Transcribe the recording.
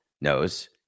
knows